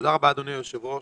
תודה רבה, אדוני היושב-ראש.